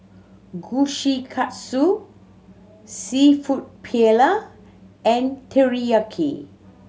Kushikatsu Seafood Paella and Teriyaki